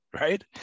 right